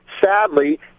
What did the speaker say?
sadly